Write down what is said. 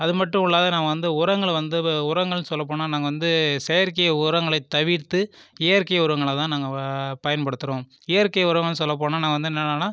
அதுமட்டும் இல்லாம நான் வந்து உரங்களை வந்து உரங்கள்னு சொல்லபோனால் நாங்கள் வந்து செயற்கை உரங்களை தவிர்த்து இயற்கை உரங்களை தான் நாங்கள் பயன்படுத்துறோம் இயற்கை உரங்கள் சொல்லப்போனால் நான் வந்து என்னென்னனா